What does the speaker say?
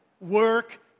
work